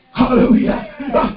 Hallelujah